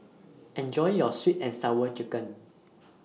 Enjoy your Sweet and Sour Chicken